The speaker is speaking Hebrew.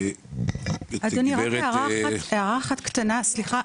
אדוני רק הערה אחת קטנה סליחה.